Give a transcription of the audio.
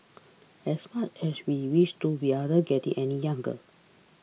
as much as we wish to we aren't getting any younger